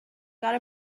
got